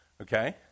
Okay